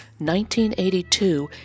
1982